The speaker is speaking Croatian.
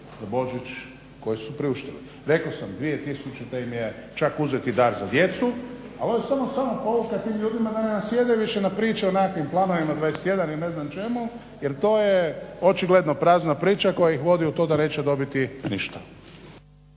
Hvala i vama